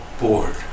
bored